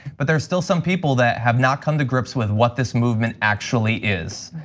but there's still some people that have not come to grips with what this movement actually is.